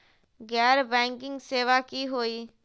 गैर बैंकिंग सेवा की होई?